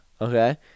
okay